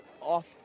off